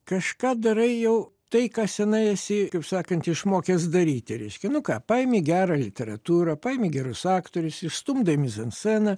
kažką darai jau tai ką senai esi kaip sakant išmokęs daryti reiškia nu ką paimi gerą literatūrą paimi gerus aktorius ištumdai mizansceną